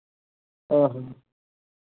ᱚᱻ ᱦᱚᱸ